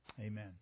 Amen